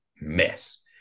mess